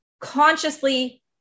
consciously